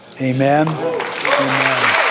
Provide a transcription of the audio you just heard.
amen